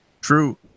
True